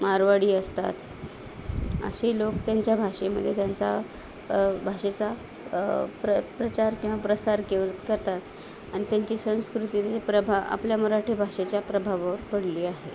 मारवाडी असतात असे लोक त्यांच्या भाषेमध्ये त्यांचा भाषेचा प्र प्रचार किंवा प्रसार केव् करतात आणि त्यांची संस्कृती ते प्रभा आपल्या मराठी भाषेच्या प्रभावावर पडली आहे